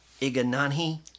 Iganani